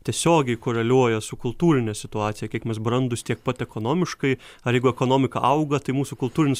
tiesiogiai koreliuoja su kultūrine situacija kiek mes brandūs tiek pat ekonomiškai ar jeigu ekonomika auga tai mūsų kultūrinis